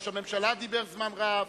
ראש הממשלה דיבר זמן רב,